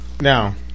Now